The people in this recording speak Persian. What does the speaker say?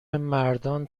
مردان